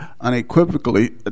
unequivocally